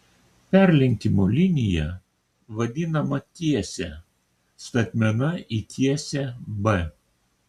perlenkimo linija vadinama tiese statmena į tiesę b